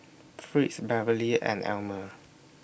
Fritz Beverley and Elmire